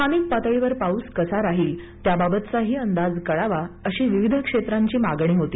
स्थानिक पातळीवर पाऊस कसा राहील त्याबाबतचाही अंदाज कळावा अशी विविध क्षेत्रांची मागणी होती